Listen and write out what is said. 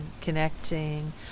connecting